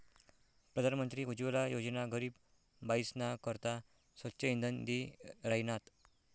प्रधानमंत्री उज्वला योजना गरीब बायीसना करता स्वच्छ इंधन दि राहिनात